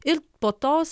ir po tos